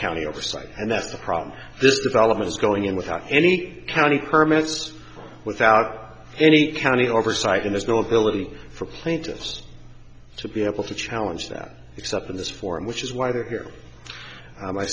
county oversight and that's the problem this development is going in without any county permits without any county oversight and there's no ability for planters to be able to challenge that except in this forum which is why they're here